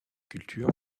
culture